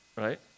Right